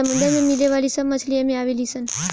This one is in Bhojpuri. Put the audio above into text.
समुंदर में मिले वाली सब मछली एमे आवे ली सन